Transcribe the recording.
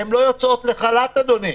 הן לא יוצאות לחל"ת, אדוני.